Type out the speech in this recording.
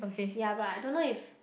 ya but I don't know if